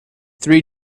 three